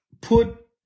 put